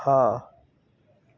ਹਾਂ